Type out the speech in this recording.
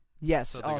Yes